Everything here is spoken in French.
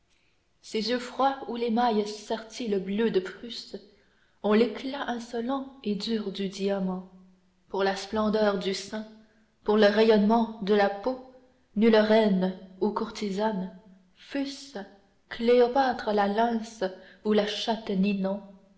ses yeux froids où l'émail sertit le bleu de prusse ont l'éclat insolent et dur du diamant pour la splendeur du sein pour le rayonnement de la peau nulle reine ou courtisane fût-ce cléopâtre la lynce ou la chatte ninon